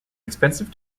expensive